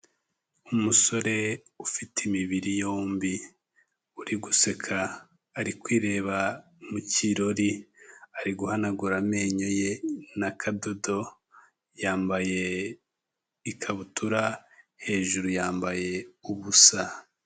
Umusore ufite imibiri yombi uri guseka ari kwireba mu kirori, ari guhanagura amenyo ye n'akadodo yambaye ikabutura, hejuru yambaye ubusa.